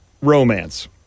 Romance